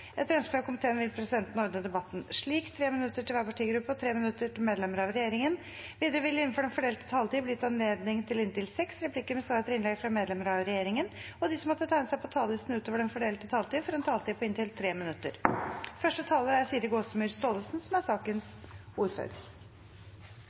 Etter ønske fra transport- og kommunikasjonskomiteen vil presidenten ordne debatten slik: 3 minutter til hver partigruppe og 3 minutter til medlemmer av regjeringen. Videre vil det – innenfor den fordelte taletid – bli gitt anledning til inntil seks replikker med svar etter innlegg fra medlemmer av regjeringen, og de som måtte tegne seg på talerlisten utover den fordelte taletid, får også en taletid på inntil 3 minutter. Sakens ordfører, Tor André Johnsen, er